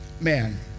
man